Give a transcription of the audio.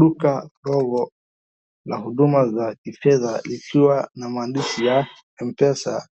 Duka dogo la huduma za kifedha ikiwa na maandishi ya Mpesa